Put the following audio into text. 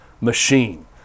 machine